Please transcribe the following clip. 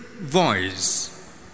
Voice